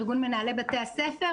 ארגון מנהלי בתי הספר,